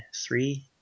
three